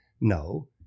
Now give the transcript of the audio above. No